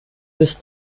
sich